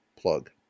plug